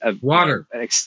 Water